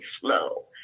slow